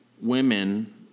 women